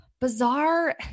bizarre